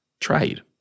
trade